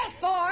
four